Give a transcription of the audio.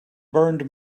burned